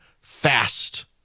fast